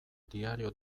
diario